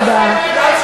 תודה.